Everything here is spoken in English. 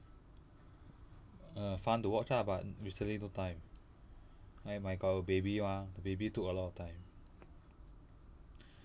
ah fun to watch ah but recently no time I my got a baby mah baby took a lot of time